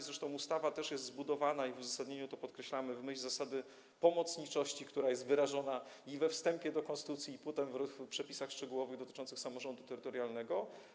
Zresztą ustawa jest zbudowana, i w uzasadnieniu to podkreślamy, w myśl zasady pomocniczości, która jest wyrażona i we wstępie do konstytucji, i potem w przepisach szczegółowych dotyczących samorządu terytorialnego.